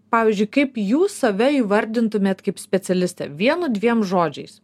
pavyzdžiui kaip jūs save įvardintumėt kaip specialistę vienu dviem žodžiais